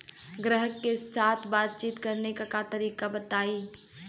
ग्राहक के साथ बातचीत करने का तरीका बताई?